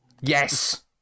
Yes